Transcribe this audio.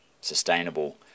sustainable